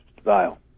style